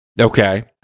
Okay